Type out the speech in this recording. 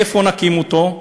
איפה נקים אותו?